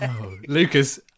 Lucas